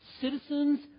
citizens